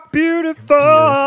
beautiful